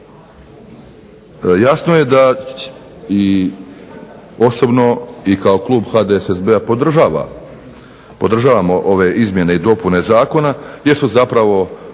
Jasno je da i osobno i kao klub HDSSB-a podržavamo ove izmjene i dopune zakona jer su zapravo